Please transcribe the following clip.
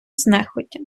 знехотя